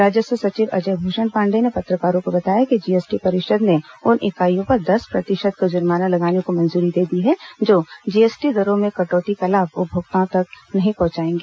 राजस्व सचिव अजय भूषण पाण्डेय ने पत्रकारों को बताया कि जीएसटी परिषद् ने उन इकाइयों पर दर्स प्रतिशत का जुर्माना लगाने को मंजूरी दे दी है जो जीएसटी दरों में कटौती का लाभ उपभोक्ताओं तक नहीं पहुंचायेंगे